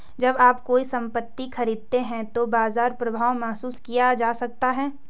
जब आप कोई संपत्ति खरीदते हैं तो बाजार प्रभाव महसूस किया जा सकता है